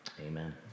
Amen